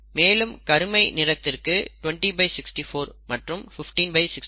மேலும் கருமை நிறத்திற்கு 2064 மற்றும் 1564